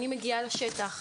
אני מגיעה לשטח,